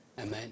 Amen